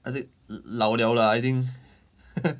as in 老 liao lah I think